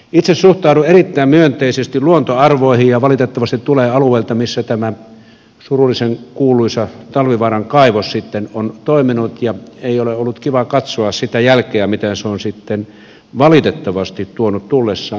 itse suhtaudun erittäin myönteisesti luontoarvoihin ja valitettavasti tulen alueelta missä tämä surullisen kuuluisa talvivaaran kaivos sitten on toiminut ja ei ole ollut kiva katsoa sitä jälkeä mitä se on sitten valitettavasti tuonut tullessaan